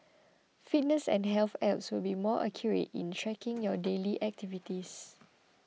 fitness and health apps will be more accurate in tracking your daily activities